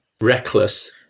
reckless